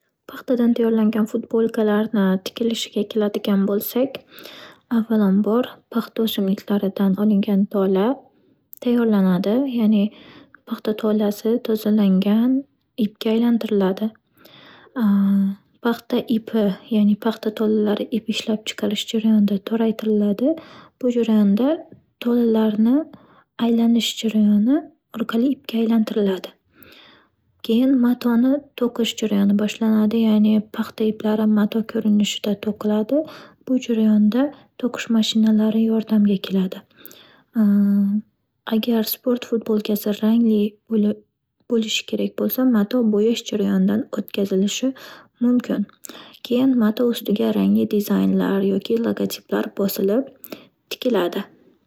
Paxtadan tayyorlangan futbolkalarni tikilishiga keladigan bo'lsak, avvalambor paxta o'simliklaridan olingan tola tayyorlanadi, ya'ni paxta tolasi tozalangan ipga aylantiriladi. Paxta ipi ya'ni paxta tolalari ip ishlab chiqarish jarayonida toraytiriladi. Bu jarayonda tolalarni aylanish jarayoni orqali ipga aylantiriladi. Keyin matoni to'qish jarayoni boshlanadi, ya'ni paxta iplari mato ko'rinishida to'qiladi. Bu jarayonda to'qish mashinalari yordamga keladi. Agar sport futbolkasi rangli bo'lib- bo'lishi kerak bo'lsa, mato bo'yash jarayonidan o'tkazilishi mumkin. Keyin mato ustiga rangli dizaynlar yoki logotiplar bosilib tikiladi.